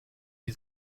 die